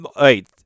Wait